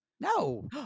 No